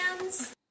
hands